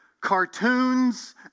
cartoons